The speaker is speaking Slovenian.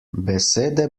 besede